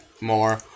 more